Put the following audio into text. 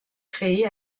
créé